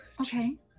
Okay